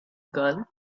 gull